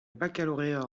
baccalauréat